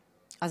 הבנתי.